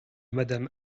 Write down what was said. madame